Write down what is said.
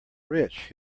rich